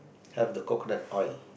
have the coconut oil